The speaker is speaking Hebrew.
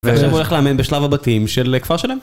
ועכשיו הוא הולך לאמן בשלב הבתים של כפר שלם.